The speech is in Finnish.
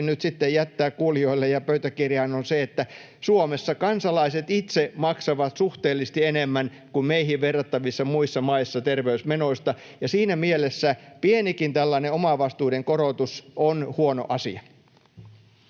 nyt sitten jättää kuulijoille ja pöytäkirjaan, on se, että Suomessa kansalaiset itse maksavat terveysmenoista suhteellisesti enemmän kuin meihin verrattavissa muissa maissa, ja siinä mielessä pienikin tällainen omavastuiden korotus on huono asia.